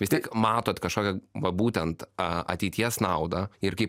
vis tiek matot kažkokią va būtent ateities naudą ir kaip